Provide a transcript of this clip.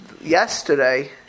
Yesterday